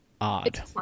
odd